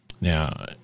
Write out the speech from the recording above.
Now